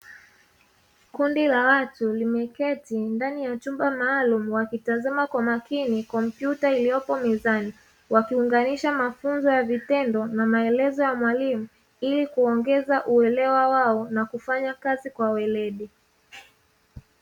Kundi la watu limeketi ndani ya chumba maalumu, wakitazama kwa makini kompyuta iliyopo mezani. Wakiunganisha mafunzo ya vitendo na maelezo ya mwalimu ili kuongeza uelewa wao na kufanya kazi kwa weledi.